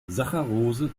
saccharose